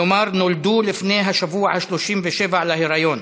כלומר נולדו לפני השבוע ה-37 להיריון.